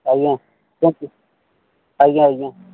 ଆଜ୍ଞା ସେମତି ଆଜ୍ଞା ଆଜ୍ଞା